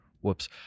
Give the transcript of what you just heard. whoops